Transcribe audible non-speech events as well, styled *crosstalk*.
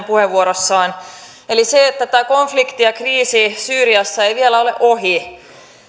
*unintelligible* puheenvuorossaan eli tämä konflikti ja kriisi syyriassa ei vielä ole ohi